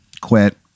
quit